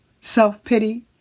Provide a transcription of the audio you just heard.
self-pity